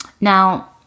Now